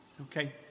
okay